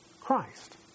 Christ